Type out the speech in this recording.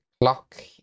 clock